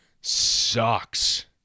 sucks